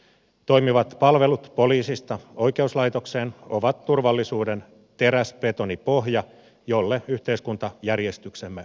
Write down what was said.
toimivat palvelut poliisista oikeuslaitokseen ovat turvallisuuden teräsbetonipohja jolle yhteiskuntajärjestyksemme rakentuu